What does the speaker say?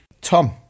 Tom